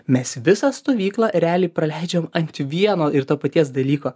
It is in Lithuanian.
mes visą stovyklą realiai praleidžiam ant vieno ir to paties dalyko